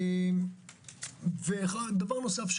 בנוסף,